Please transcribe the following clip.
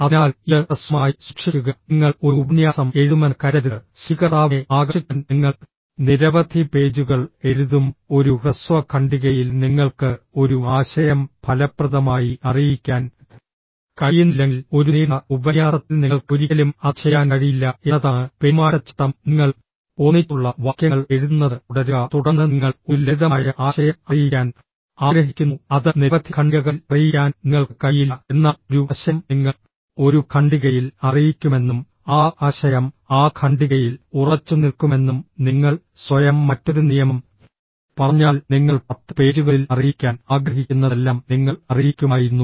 അതിനാൽ ഇത് ഹ്രസ്വമായി സൂക്ഷിക്കുക നിങ്ങൾ ഒരു ഉപന്യാസം എഴുതുമെന്ന് കരുതരുത് സ്വീകർത്താവിനെ ആകർഷിക്കാൻ നിങ്ങൾ നിരവധി പേജുകൾ എഴുതും ഒരു ഹ്രസ്വ ഖണ്ഡികയിൽ നിങ്ങൾക്ക് ഒരു ആശയം ഫലപ്രദമായി അറിയിക്കാൻ കഴിയുന്നില്ലെങ്കിൽ ഒരു നീണ്ട ഉപന്യാസത്തിൽ നിങ്ങൾക്ക് ഒരിക്കലും അത് ചെയ്യാൻ കഴിയില്ല എന്നതാണ് പെരുമാറ്റച്ചട്ടം നിങ്ങൾ ഒന്നിച്ചുള്ള വാക്യങ്ങൾ എഴുതുന്നത് തുടരുക തുടർന്ന് നിങ്ങൾ ഒരു ലളിതമായ ആശയം അറിയിക്കാൻ ആഗ്രഹിക്കുന്നു അത് നിരവധി ഖണ്ഡികകളിൽ അറിയിക്കാൻ നിങ്ങൾക്ക് കഴിയില്ല എന്നാൽ ഒരു ആശയം നിങ്ങൾ ഒരു ഖണ്ഡികയിൽ അറിയിക്കുമെന്നും ആ ആശയം ആ ഖണ്ഡികയിൽ ഉറച്ചുനിൽക്കുമെന്നും നിങ്ങൾ സ്വയം മറ്റൊരു നിയമം പറഞ്ഞാൽ നിങ്ങൾ പത്ത് പേജുകളിൽ അറിയിക്കാൻ ആഗ്രഹിക്കുന്നതെല്ലാം നിങ്ങൾ അറിയിക്കുമായിരുന്നു